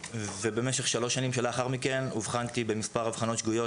ובמשך שלוש השנים שלאחר מכן אובחנתי במספר אבחנות שגויות